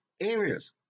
areas